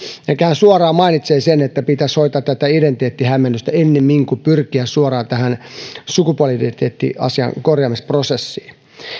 hän suoraan mainitsee sen että pitäisi hoitaa tätä identiteettihämmennystä ennemmin kuin pyrkiä suoraan sukupuoli identiteettiasian korjaamisprosessiin